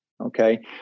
okay